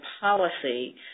policy